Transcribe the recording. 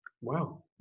Wow